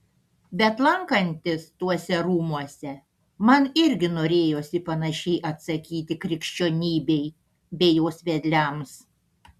bet lankantis tuose rūmuose man irgi norėjosi panašiai atsakyti krikščionybei bei jos vedliams